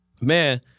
Man